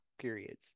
periods